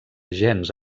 gens